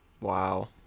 Wow